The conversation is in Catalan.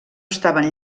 estaven